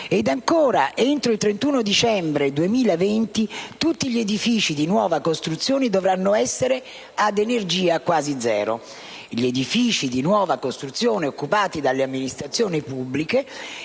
Ancora, entro il 31 dicembre 2020 tutti gli edifici di nuova costruzione dovranno essere ad energia quasi zero. Gli edifici di nuova costruzione occupati dalle amministrazioni pubbliche